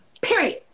Period